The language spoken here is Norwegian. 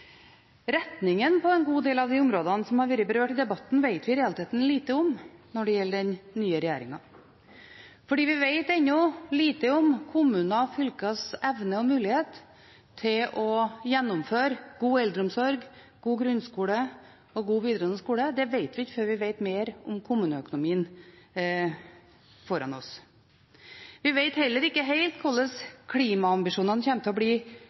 Retningen på en god del av de områdene som har vært berørt i debatten, vet vi i realiteten lite om når det gjelder den nye regjeringen. Vi vet ennå lite om kommuners og fylkers evne og mulighet til å gjennomføre en god eldreomsorg, en god grunnskole og en god videregående skole. Det vet vi ikke før vi vet mer om kommuneøkonomien foran oss. Vi vet heller ikke helt hvordan klimaambisjonene kommer til å bli